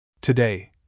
Today